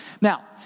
Now